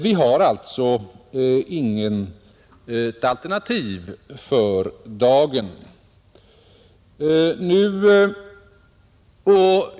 Vi har alltså för dagen inget alternativ i det fallet.